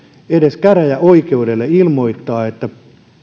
edes jaksa käräjäoikeudelle ilmoittaa että